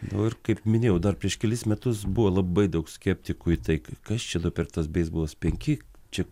nu ir kaip minėjau dar prieš kelis metus buvo labai daug skeptikų į tai kas čia nu per tas beisbolas penki čia